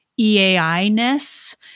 EAI-ness